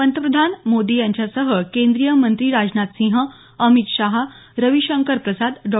पंतप्रधान मोदी यांच्यासह केंद्रीय मंत्री राजनाथ सिंह अमित शाह रविशंकर प्रसाद डॉ